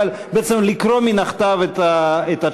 אבל בעצם צריך לקרוא מן הכתב את התשובה.